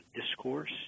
discourse